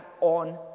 on